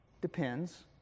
depends